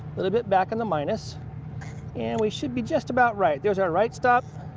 little bit back on the minus and we should be just about right. there's our right stop